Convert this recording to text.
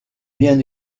bien